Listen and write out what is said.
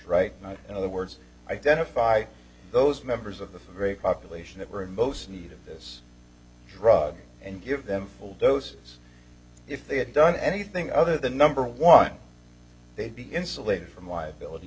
now in other words identify those members of the population that were most in need of this drug and give them all those if they had done anything other than number one they'd be insulated from liability